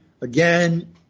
again